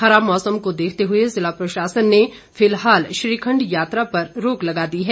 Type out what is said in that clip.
खराब मौसम को देखते हुए जिला प्रशासन ने फिलहाल श्रीखंड यात्रा पर रोक लगा दी है